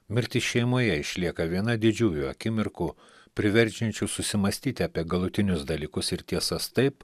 mirtis šeimoje išlieka viena didžiųjų akimirkų priverčiančių susimąstyti apie galutinius dalykus ir tiesas taip